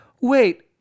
Wait